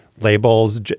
labels